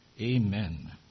Amen